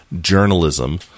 journalism